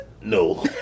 No